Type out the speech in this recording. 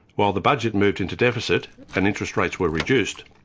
while the budget moved into deficit and interest rates were reduced,